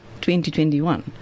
2021